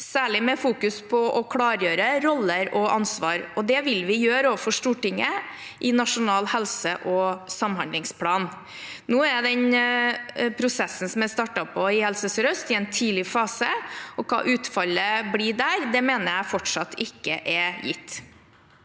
særlig med fokus på å klargjøre roller og ansvar, og det vil vi gjøre overfor Stortinget i Nasjonal helse- og samhandlingsplan. Nå er prosessen som er startet opp i Helse sør-øst, i en tidlig fase, og hva utfallet blir der, mener jeg fortsatt ikke er gitt.